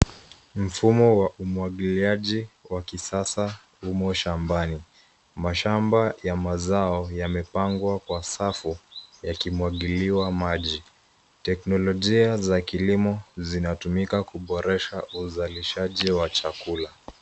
Mfumo wa umwangiliaji wa kisasa humo shambani. Mashamba ya mazao yamepangwa kwa safu yakimwangiliwa maji. Teknolojia za kilimo zinatumika kuboresha uzalishaji wa chakula.